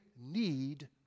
need